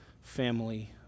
family